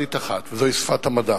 אוניברסלית אחת, וזוהי שפת המדע.